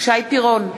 שי פירון,